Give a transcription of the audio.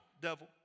devil